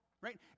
right